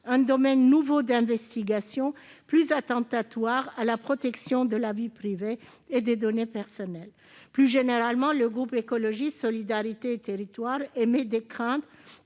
un domaine nouveau d'investigation, plus attentatoire à la protection de la vie privée et des données personnelles. » Plus généralement, le groupe Écologiste - Solidarité et Territoires exprime des craintes